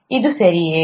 ಇದು ಸರಿಯೇ